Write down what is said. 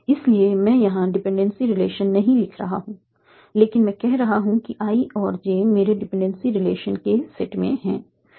इसलिए मैं यहां डिपेंडेंसी रिलेशन नहीं लिख रहा हूं लेकिन मैं कह रहा हूं कि i और j मेरे डिपेंडेंसी रिलेशन के सेट में हैं